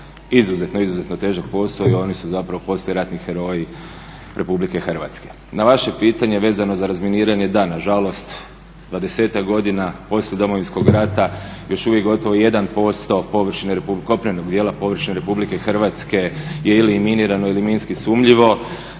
izuzetno težak posao i oni su zapravo poslijetrani heroji RH. Na vaše pitanje vezano za razminiranje, da, nažalost 20-ak godina poslije Domovinskog rata još uvijek gotovo 1% kopnenog dijela površine RH je ili minirano ili minski sumnjivo,